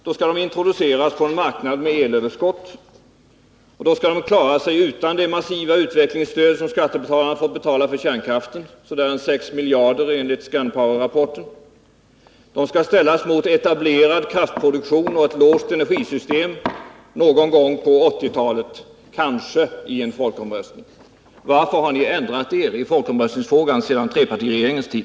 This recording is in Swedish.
Då skall de introduceras på en marknad med elöverskott, och då skall de kunna göra sig gällande utan det massiva utvecklingsstöd som skattebetalarna får betala för kärnkraften, ungefär 6 miljarder enligt Scan Power-rapporten. De skall — kanskei en folkomröstning ställas emot etablerad kärnkraftsproduktion och ett låst energisystem någon gång på 1980-talet. Varför har ni ändrat er i folkomröstningsfrågan sedan trepartiregeringens tid?